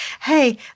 hey